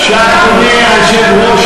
אדוני היושב-ראש,